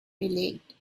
relate